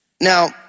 Now